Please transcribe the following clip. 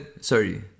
sorry